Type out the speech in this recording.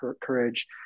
courage